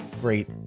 great